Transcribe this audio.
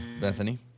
Bethany